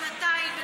שנתיים,